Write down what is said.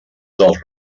dels